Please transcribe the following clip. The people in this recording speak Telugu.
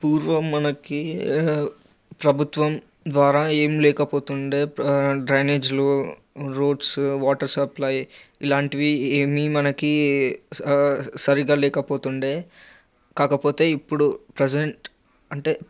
పూర్వం మనకు ప్రభుత్వం ద్వారా ఏమి లేకపోతుండేది డ్రైనేజులు రోడ్సు వాటర్ సప్లై ఇలాంటివి ఏమీ మనకు సరిగ్గా లేకపోతుండే కాకపోతే ఇప్పుడు ప్రెసెంట్ అంటే